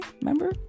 remember